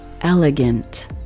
elegant